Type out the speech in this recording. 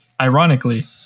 ironically